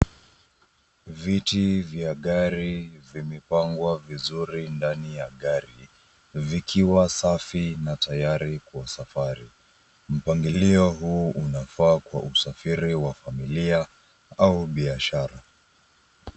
Viti vya gari vimepangwa vizuri ndani ya gari vikiwa safi na tayari kwa safari. Mpangilio huu unafaa kwa usafiri wa familia au biashara.